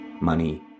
money